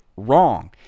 wrong